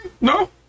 No